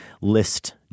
list